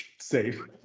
Safe